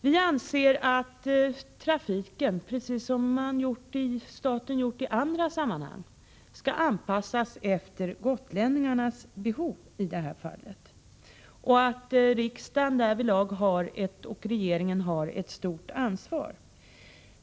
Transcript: Vi anser att staten skall se till att trafiken — precis som det har gjorts i andra sammanhang — anpassas efter i detta fall gotlänningarnas behov. Riksdag och regering har därvidlag ett stort ansvar.